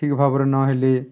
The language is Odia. ଠିକ୍ ଭାବରେ ନହେଲେ